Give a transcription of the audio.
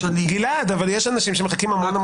גלעד, יש אנשים שמחכים המון זמן לדבר.